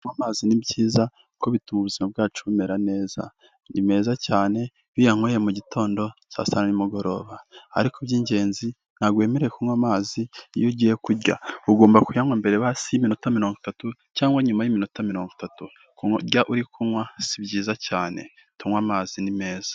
Kunywa amazi ni byiza kuko bituma ubuzima bwacu bumera neza. Ni meza cyane, iyo uyanyweye mu gitondo, sa sita na nimugoroba ariko iby'ingenzi ntabwo wemerewe kunywa amazi iyo ugiye kurya. ugomba kunyanywa mbere basi y'imininota mirongo itatu cyangwa nyuma y'imininota mirongo itatu. Kurya uri kunywa si byiza cyane. Tunywe amazi ni meza.